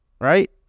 Right